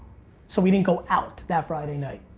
so we didn't go out that friday night,